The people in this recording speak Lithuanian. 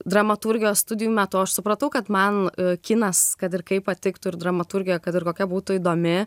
dramaturgijos studijų metu aš supratau kad man kinas kad ir kaip patiktų ir dramaturgija kad ir kokia būtų įdomi